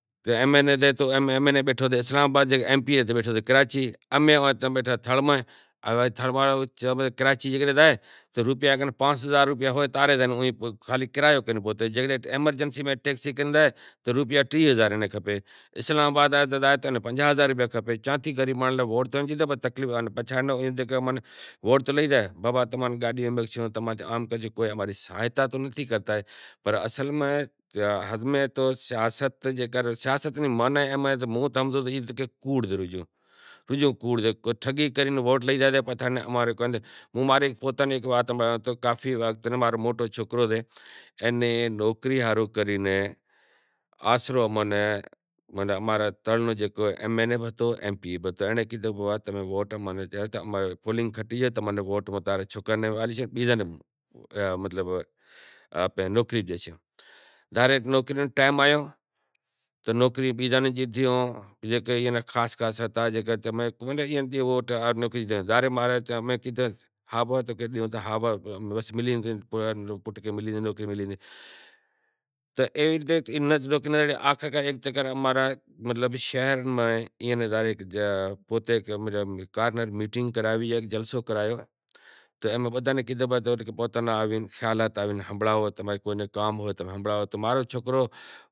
تو ایم این ے تھی تو او بیٹھو ہتو اسلام آباد تو ایم پی اے بیٹھو تو کراچی تو امیں بیٹھا تا تھڑ میں زے کو تھڑ واڑو کراچی زائے تو روپیا پانس ہزار ہوئیں تو تاں رے خالی کرایو کرے پوہچے۔ جے اسلام آباد زائے تو پنجاہ ہزار روپیا کھپیں چں تھی غریب مانڑو لا ووٹ بھی لئی زائے پنڑ کو اماں ری ساہتا تو نتھی کرتا۔ سیاست نی ماناں ایم اے کہ موں ہمزیو تہ اے کوڑ سے بیزو کوڑ سے ٹھگیں کریں ووٹ لئی زائیں وری نیں آسرو اماں نیں تھڑ نو ایم این اے بھی اہئی تو ایم پی اے بھی ہوئی تو تو ظاہر اے نوکری نو ٹیم آیو تو نوکری بیزاں نیں ڈے ظاہر اے آخرکار ایک چکر شہر میں کارنر میٹنگ کراوی ان جلسو کرایو تہ امیں بدہاں ناں کیدہو کہ کام ہوئے تو ہنبھڑائو تو ماں رو سوکرو